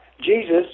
Jesus